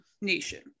nation